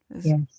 Yes